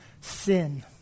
sin